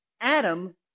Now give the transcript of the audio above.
Adam